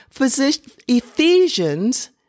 Ephesians